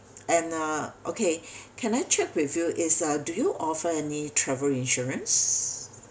and uh okay can I check with you is uh do you offer any travel insurance